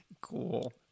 cool